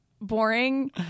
boring